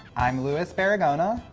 i'm louis barragona.